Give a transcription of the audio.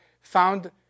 found